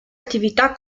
attività